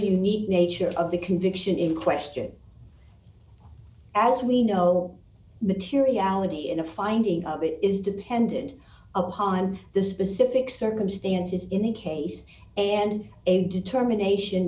unique nature of the conviction in question as we know materiality in a finding of it is dependent upon the specific circumstances in the case and a determination